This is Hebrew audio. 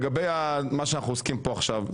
לגבי מה שאנחנו עוסקים פה עכשיו,